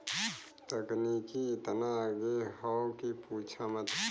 तकनीकी एतना आगे हौ कि पूछा मत